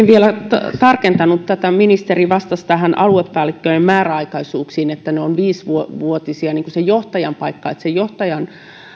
vielä tarkentanut tätä ministeri vastasi aluepäällikköjen määräaikaisuuksista että ne ovat viisivuotisia sen johtajan paikka sen johtajan